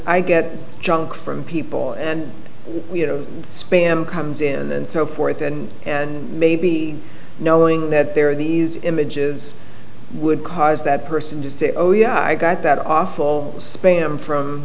i get junk from people and you know spam comes in and so forth and maybe knowing that there are these images would cards that person just say oh yeah i got that awful spam from